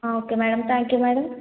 okay madam thank you madam